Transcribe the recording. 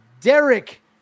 Derek